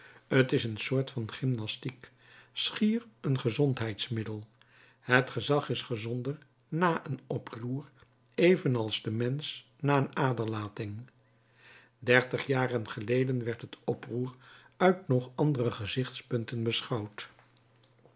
t is een soort van gymnastiek schier een gezondheidsmiddel het gezag is gezonder na een oproer evenals de mensch na een aderlating dertig jaren geleden werd het oproer uit nog andere gezichtspunten beschouwd